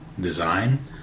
design